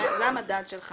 מה המדד שלך